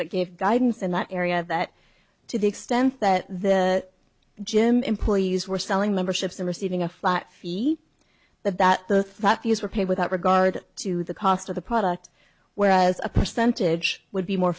but gave guidance in that area that to the extent that the gym employees were selling memberships and receiving a flat fee of that the fact these were paid without regard to the cost of the product whereas a percentage would be more